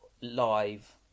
live